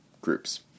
groups